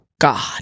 God